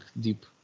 deep